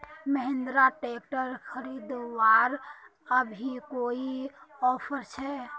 Mahindra tractor खरीदवार अभी कोई ऑफर छे?